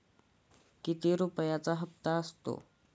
किती रुपयांचा हप्ता असेल?